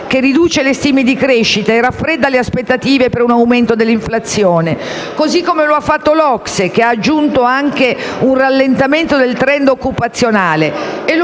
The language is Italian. che riduce le stime di crescita e raffredda le aspettative per un aumento dell'inflazione; lo stesso ha fatto l'OCSE, che ha aggiunto anche la previsione di un rallentamento del *trend* occupazionale,